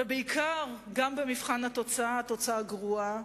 ובעיקר, גם במבחן התוצאה, התוצאה גרועה,